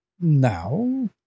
now